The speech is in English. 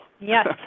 Yes